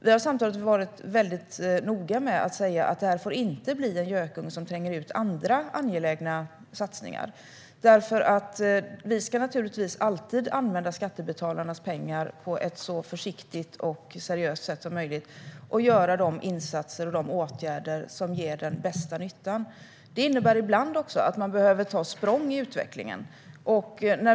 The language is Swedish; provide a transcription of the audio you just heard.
Vi har samtidigt varit mycket noga med att säga att det här inte får bli en gökunge som tränger ut andra angelägna satsningar. Vi ska naturligtvis alltid använda skattebetalarnas pengar på ett så försiktigt och seriöst sätt som möjligt och göra de insatser och vidta de åtgärder som ger den bästa nyttan. Det innebär ibland att man behöver ta språng i utvecklingen.